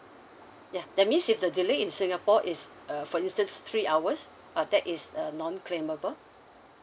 ya that means if the delay in singapore is uh for instance three hours uh that is a non claimable